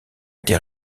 été